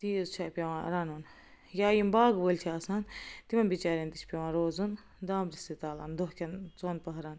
تیٖژھ چھا پیٚوان رنُن یا یم باغہٕ وٲلۍ چھِ آسان تِمن بِچارٮ۪ن تہِ چھُ پیٚوان روزُن دانٛورسٕے تل دۄہ کیٚن ژوٚن پٔہرن